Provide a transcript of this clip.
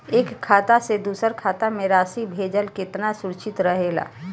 एक खाता से दूसर खाता में राशि भेजल केतना सुरक्षित रहेला?